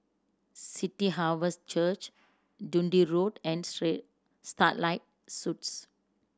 City Harvest Church Dundee Road and Starlight Suites